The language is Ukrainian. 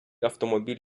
автомобіль